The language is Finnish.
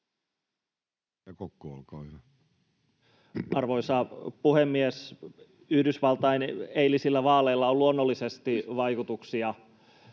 15:05 Content: Arvoisa puhemies! Yhdysvaltain eilisillä vaaleilla on luonnollisesti vaikutuksia